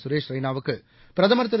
சுரேஷ் ரெய்னாவுக்குபிரதமர் திரு